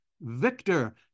Victor